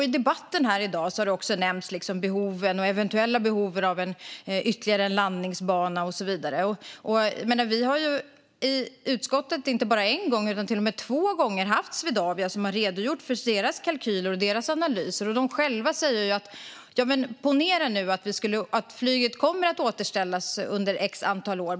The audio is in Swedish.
I debatten i dag har också nämnts de eventuella behoven av ytterligare en landningsbana och så vidare. I utskottet har Swedavia inte bara en utan två gånger redogjort för sina kalkyler och analyser. De säger själva: Ponera att flyget kommer att återställas under x år.